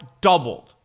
doubled